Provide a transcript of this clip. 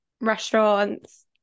restaurants